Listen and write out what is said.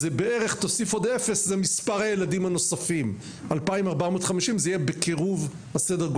אז תוסיף עוד אפס וזה מספר הילדים הנוספים בקירוב 2,450,